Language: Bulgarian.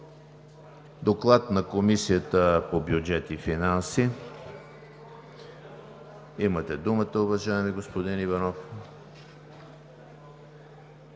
Доклад на Комисията по бюджет и финанси. Имате думата, уважаеми господин Иванов.